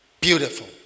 Beautiful